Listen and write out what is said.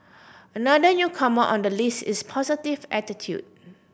another newcomer on the list is positive attitude